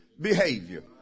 behavior